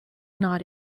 not